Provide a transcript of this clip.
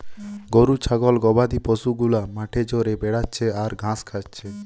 গরু ছাগল গবাদি পশু গুলা মাঠে চরে বেড়াচ্ছে আর ঘাস খাচ্ছে